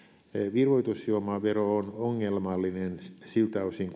virvoitusjuomavero on ongelmallinen siltä osin